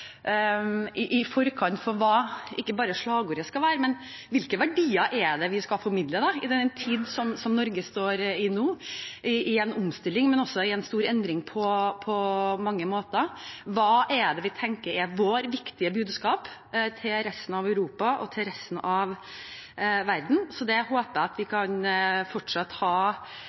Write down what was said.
i forkant, ikke bare for hva slagordet skal være, men for hvilke verdier vi skal formidle i den tiden som Norge nå står i – i en omstilling, men også i en stor endring på mange måter: Hva er det vi tenker er vårt viktige budskap til resten av Europa og til resten av verden? Det håper jeg at vi fortsatt kan ha